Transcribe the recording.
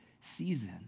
season